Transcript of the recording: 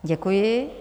Děkuji.